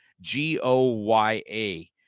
G-O-Y-A